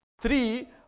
three